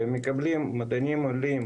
שמקבלים מדענים עולים